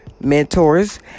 mentors